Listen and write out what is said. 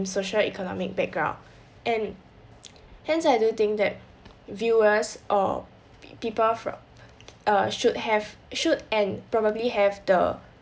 social economic backgrounds and hence I do think that viewers or people from err should have should and probably have the